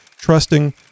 trusting